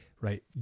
right